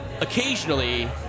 occasionally